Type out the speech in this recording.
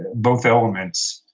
both elements,